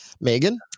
Megan